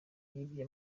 yibye